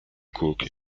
cook